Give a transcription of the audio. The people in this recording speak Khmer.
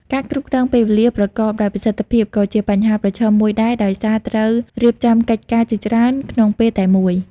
ការគ្រប់គ្រងពេលវេលា ប្រកបដោយប្រសិទ្ធភាពក៏ជាបញ្ហាប្រឈមមួយដែរ ដោយសារត្រូវរៀបចំកិច្ចការជាច្រើនក្នុងពេលតែមួយ។